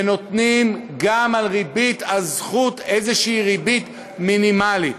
ונותנים גם על ריבית הזכות איזו ריבית מינימלית.